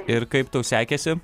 ir kaip tau sekėsi